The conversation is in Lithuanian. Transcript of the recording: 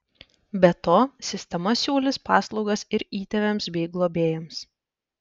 be to sistema siūlys paslaugas ir įtėviams bei globėjams